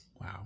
Wow